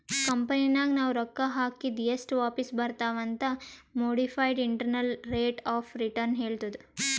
ಕಂಪನಿನಾಗ್ ನಾವ್ ರೊಕ್ಕಾ ಹಾಕಿದ್ ಎಸ್ಟ್ ವಾಪಿಸ್ ಬರ್ತಾವ್ ಅಂತ್ modified internal rate of return ಹೇಳ್ತುದ್